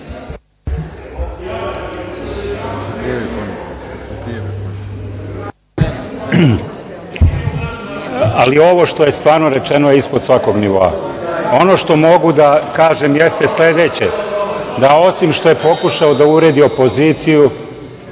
ali ovo što je stvarno rečeno je ispod svakog nivoa. Ono što mogu da kažem jeste sledeće, da osim što je pokušao da uvredi opoziciju,